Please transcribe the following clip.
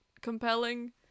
compelling